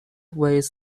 ways